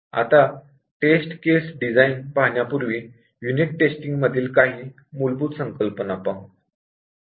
आता test case design पाहण्यापूर्वी unit testing मधील काही मूलभूत संकल्पना पाहू